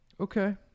Okay